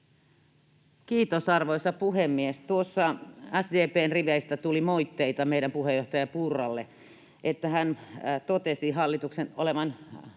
Kiitos, arvoisa puhemies! Tuossa SDP:n riveistä tuli moitteita meidän puheenjohtaja Purralle, kun hän totesi hallituksen olevan